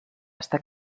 està